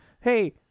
hey